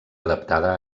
adaptada